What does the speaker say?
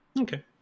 Okay